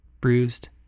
bruised